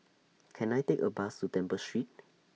Can I Take A Bus to Temple Street